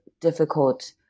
difficult